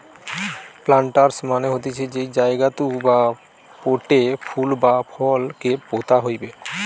planters মানে হতিছে যেই জায়গাতু বা পোটে ফুল বা ফল কে পোতা হইবে